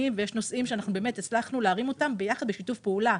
ואכן יש נושאים שהצלחנו להרים אותם ביחד ובשיתוף פעולה.